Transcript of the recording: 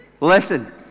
listen